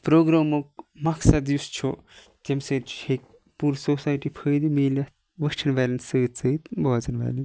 پروگرامُک مَقصَد یُس چھُ تمہِ سۭتۍ ہیٚکہِ پوٗرٕ سوسایٹِی فٲیدٕ میٖلِتھ وٕچھَن والیٚن سۭتۍ سۭتۍ بوزَن والیٚن تہِ